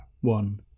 one